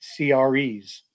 CREs